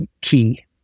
key